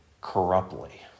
corruptly